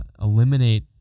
eliminate